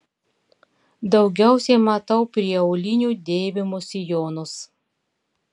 daugiausiai matau prie aulinių dėvimus sijonus